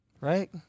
Right